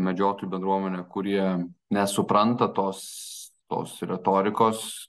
medžiotojų bendruomenė kurie nesupranta tos tos retorikos